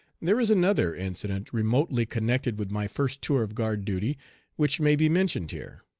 there is another incident remotely connected with my first tour of guard duty which may be mentioned here.